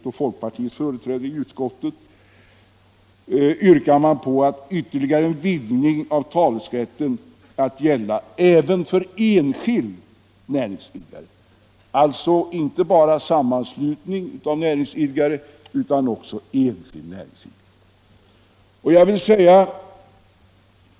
sentanter i utskottet yrkar man på ytterligare en vidgning av talerätten till att gälla inte bara för sammanslutning av näringsidkare utan också för enskild näringsidkare.